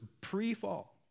pre-fall